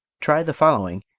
try the following,